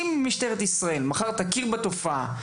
אם משטרת ישראל תכיר מחר בתופעה,